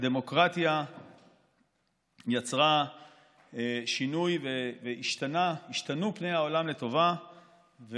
הדמוקרטיה יצרה שינוי והשתנו פני העולם לטובה,